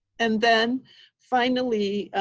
and then finally,